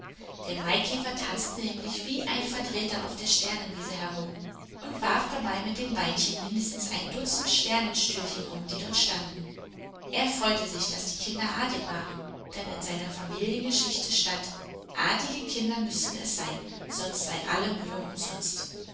der maikäfer tanzte nämlich wie ein verdrehter auf der sternenwiese herum und warf dabei mit den beinchen mindestens ein dutzend sternenstühlchen um die dort standen er freute sich daß die kinder artig waren denn in seiner familiengeschichte stand artige kinder müßten es sein sonst sei alle mühe umsonst